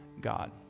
God